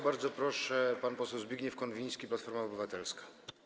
Bardzo proszę, pan poseł Zbigniew Konwiński, Platforma Obywatelska.